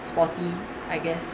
sporty I guess